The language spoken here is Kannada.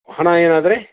ಹಣ ಏನೆಂದ್ರೆ